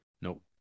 Nope